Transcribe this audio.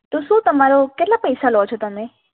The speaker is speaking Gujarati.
તો શું તમારો કેટલા પૈસા લો છો તમે